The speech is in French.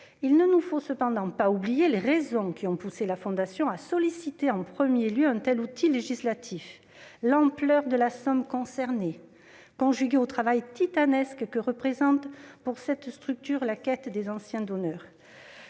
Il ne nous faut cependant pas oublier les raisons qui ont poussé la Fondation à solliciter en premier lieu un tel outil législatif : l'ampleur de la somme concernée, conjuguée au travail titanesque que représente pour cette structure la quête des anciens donateurs.